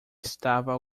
estava